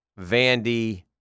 Vandy